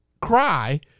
cry